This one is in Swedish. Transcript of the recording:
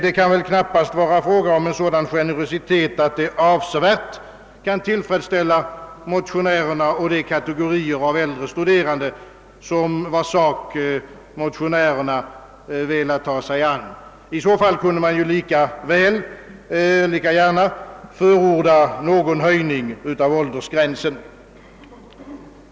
Det kan väl knappast bli fråga om en sådan generositet, att den tillfredsställer de kategorier av äldre studerande vilkas sak motionärerna velat ta sig an, ty i så fall kunde utskottet lika gärna förorda någon höjning av åldersgränsen.